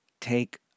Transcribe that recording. take